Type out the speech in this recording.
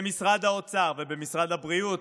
במשרד האוצר ובמשרד הבריאות,